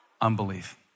unbelief